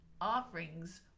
offerings